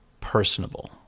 personable